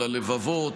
על הלבבות,